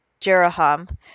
Jeraham